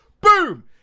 Boom